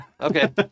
okay